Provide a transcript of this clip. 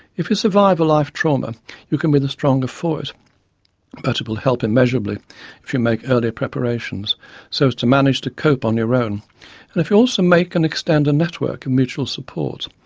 if you survive a life trauma you can be the stronger for it, but it will help immeasurably if you make early preparations so as to manage to cope on your own and if you also make and extend a network of mutual support.